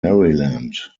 maryland